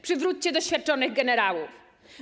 Przywróćcie doświadczonych generałów.